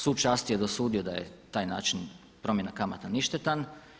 Sud časti je dosudio da je taj način promjena kamata ništetan.